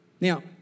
Now